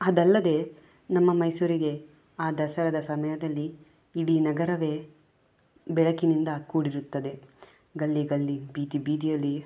ಅದಲ್ಲದೇ ನಮ್ಮ ಮೈಸೂರಿಗೆ ಆ ದಸರದ ಸಮಯದಲ್ಲಿ ಇಡೀ ನಗರವೇ ಬೆಳಕಿನಿಂದ ಕೂಡಿರುತ್ತದೆ ಗಲ್ಲಿ ಗಲ್ಲಿ ಬೀದಿ ಬೀದಿಯಲ್ಲಿ